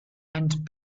and